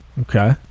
Okay